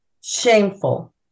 shameful